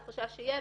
הוא חשש שיהיה,